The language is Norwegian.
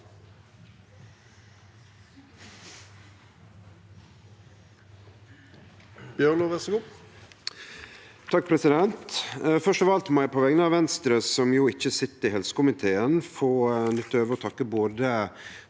Først av alt må eg på vegner av Venstre, som ikkje sit i helsekomiteen, få nytte høvet og takke både